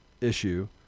issue